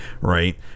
Right